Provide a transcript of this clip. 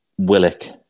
Willick